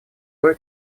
кое